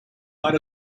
are